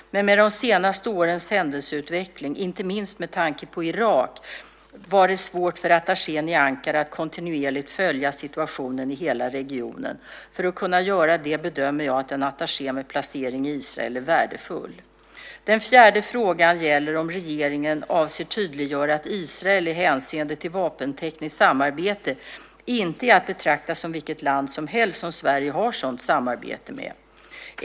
Men med de senaste årens händelseutveckling, inte minst med tanke på Irak, var det svårt för attachén i Ankara att kontinuerligt följa situationen i hela regionen. För att kunna göra det bedömer jag att en attaché med placering i Israel är värdefull. Den fjärde frågan gäller om regeringen avser att tydliggöra att Israel i hänseende till vapentekniskt samarbete inte är att betrakta som vilket land som helst som Sverige har sådant samarbete med.